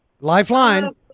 Lifeline